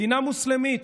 מדינה מוסלמית